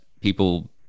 people